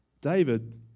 David